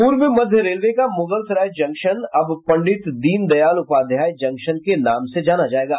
पूर्व मध्य रेलवे का मुगलसराय जक्शन अब पंडित दीनदयाल उपाध्याय जंक्शन के नाम से जाना जायेगा